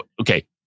Okay